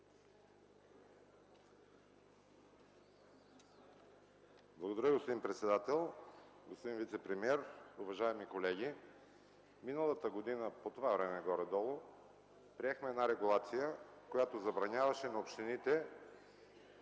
Благодаря, господин председател. Господин вицепремиер, уважаеми колеги! Миналата година, горе-долу по това време, приехме една регулация, която забраняваше на общините,